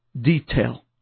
detail